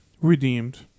redeemed